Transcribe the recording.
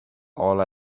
all